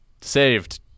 saved